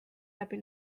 läbi